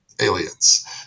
Aliens